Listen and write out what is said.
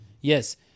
yes